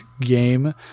game